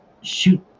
shoot